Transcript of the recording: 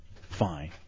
Fine